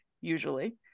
usually